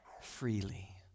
freely